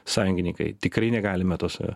sąjungininkai tikrai negalime tosme